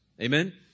amen